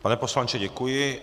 Pane poslanče, děkuji.